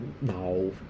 no